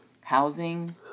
housing